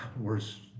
worse